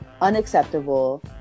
unacceptable